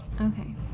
Okay